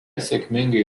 sėkmingai